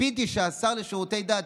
ציפיתי שהשר לשירותי דת,